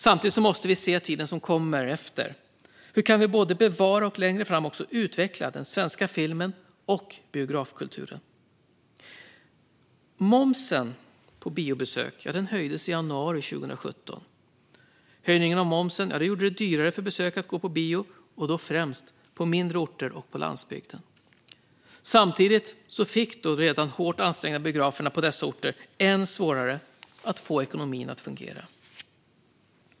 Samtidigt måste vi se tiden som kommer efter och hur vi både kan bevara och längre fram också utveckla den svenska filmen och biografkulturen. Momsen på biobesök höjdes i januari 2017. Höjningen av momsen gjorde det dyrare för besökare att gå på bio, då främst på mindre orter och på landsbygden. Samtidigt fick de redan hårt ansträngda biograferna på dessa orter än svårare att få ekonomin att fungera.